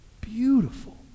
beautiful